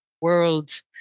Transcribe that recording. world